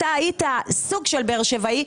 אתה היית סוג של באר שבעי,